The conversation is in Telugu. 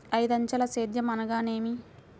ఐదంచెల సేద్యం అనగా నేమి?